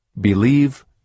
Believe